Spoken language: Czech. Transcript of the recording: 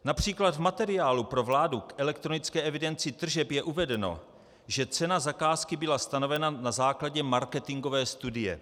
Například v materiálu pro vládu k elektronické evidenci tržeb je uvedeno, že cena zakázky byla stanovena na základě marketingové studie.